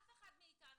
אף אחד מאיתנו,